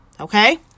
Okay